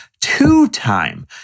two-time